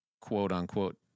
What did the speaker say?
quote-unquote